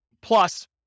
plus